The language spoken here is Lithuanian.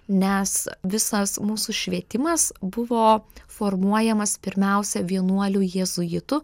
nes visas mūsų švietimas buvo formuojamas pirmiausia vienuolių jėzuitų